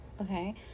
Okay